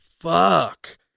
fuck